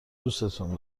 دوستون